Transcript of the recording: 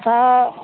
सए